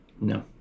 No